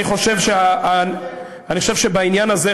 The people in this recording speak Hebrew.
אני חושב שבעניין הזה,